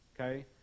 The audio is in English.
okay